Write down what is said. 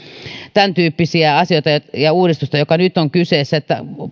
tämäntyyppisiä asioita ja ja uudistuksia joka nyt on kyseessä